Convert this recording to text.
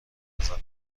بزنم